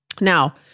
Now